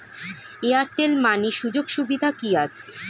Airtel money সুযোগ সুবিধা কি আছে?